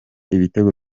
ibitego